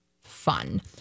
fun